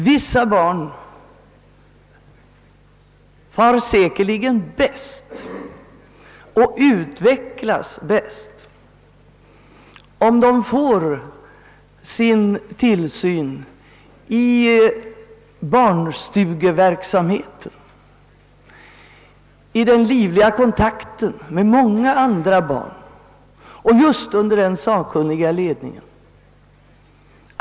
Vissa barn far säkerligen bäst och utvecklas bäst om de får sin tillsyn genom barnstugeverksamheten, i den livliga kontakt med många andra barn och under den sakkunniga ledning som där förekommer.